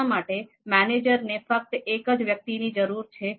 આના માટે મેનેજરને ફક્ત એક જ વ્યક્તિની જરૂર છે